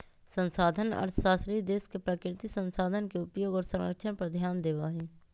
संसाधन अर्थशास्त्री देश के प्राकृतिक संसाधन के उपयोग और संरक्षण पर ध्यान देवा हई